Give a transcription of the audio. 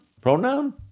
Pronoun